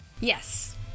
Yes